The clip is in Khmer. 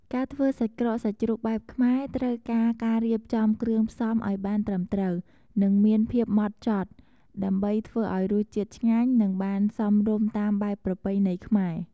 ការធ្វើសាច់ក្រកសាច់ជ្រូកបែបខ្មែរ ត្រូវការការរៀបចំគ្រឿងផ្សំឱ្យបានត្រឹមត្រូវ និងមានភាពម៉ដ្ឋចត់ ដើម្បីធ្វើឱ្យរសជាតិឆ្ងាញ់ និងបានសមរម្យតាមបែបប្រពៃណីខ្មែរ។